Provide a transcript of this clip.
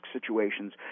situations